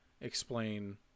explain